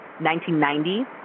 1990